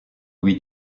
lui